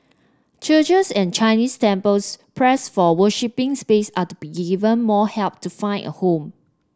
churches and Chinese temples pressed for worshipping space are to be given more help to find a home